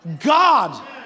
God